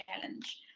challenge